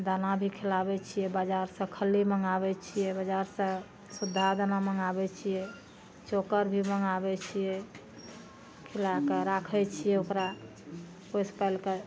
दाना भी खिलाबै छियै बजार सऽ खल्ली मँङ्गाबै छियै बजार सऽ सुद्धा दाना मँङ्गाबै छियै चोकर भी मँङ्गाबै छियै खिलाके राखै छियै ओकरा पोसि पालिके